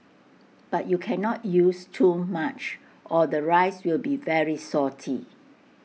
but you cannot use too much or the rice will be very salty